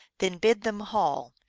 then bid them haul.